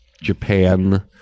Japan